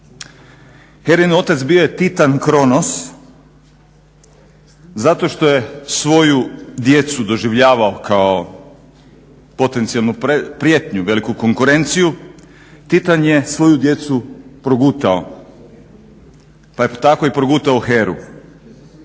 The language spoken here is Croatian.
Herin otac bio je titan Kronos zato što je svoju djecu doživljavao kao potencijalnu prijetnju, veliku konkurenciju. Titan je svoju djecu progutao, pa je tako i progutao Heru.